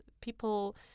people